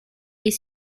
est